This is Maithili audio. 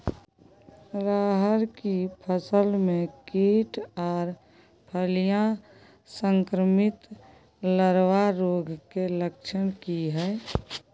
रहर की फसल मे कीट आर फलियां संक्रमित लार्वा रोग के लक्षण की हय?